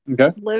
Okay